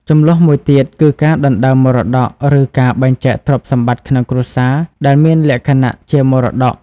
ជម្លោះមួយទៀតគឺការដណ្តើមមរតក ឬការបែងចែកទ្រព្យសម្បត្តិក្នុងគ្រួសារដែលមានលក្ខណៈជាមរតក។